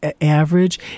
average